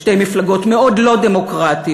שתי מפלגות מאוד לא דמוקרטיות,